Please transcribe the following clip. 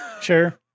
Sure